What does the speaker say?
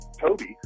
Toby